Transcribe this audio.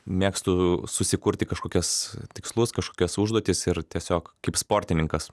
mėgstu susikurti kažkokias tikslus kažkokias užduotis ir tiesiog kaip sportininkas